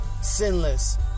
sinless